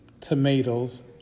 tomatoes